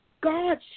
God